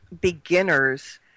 beginners